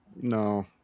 No